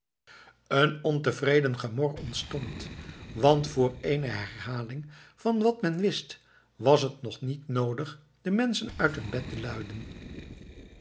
een ontevreden gemor ontstond want voor eene herhaling van wat men wist was het toch niet noodig de menschen uit hun bed te luiden